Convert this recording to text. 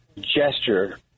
gesture